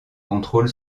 contrôle